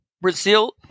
Brazil